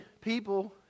people